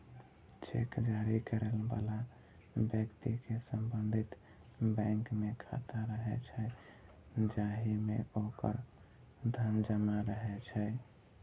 cheque जारी करै बला व्यक्ति के संबंधित बैंक मे खाता रहै छै, जाहि मे ओकर धन जमा रहै छै